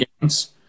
games